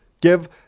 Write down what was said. give